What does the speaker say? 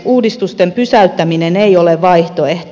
uudistusten pysäyttäminen ei ole vaihtoehto